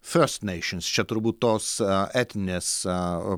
fiostnaišins čia turbūt tos etninės